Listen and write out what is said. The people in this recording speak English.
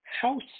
House